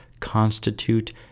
constitute